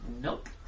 Nope